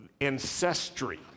ancestry